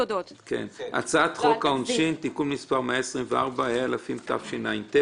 הצעת חוק העונשין (תיקון מספר )124, התשע"ט